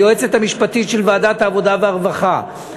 היועצת המשפטית של ועדת העבודה והרווחה,